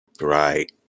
right